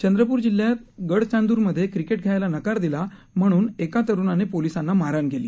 चंद्रपूर जिल्ह्यात गडचांदूरमध्ये क्रिकेट खेळायला नकार दिला म्हणून एका तरुणाने पोलिसाला मारहाण केली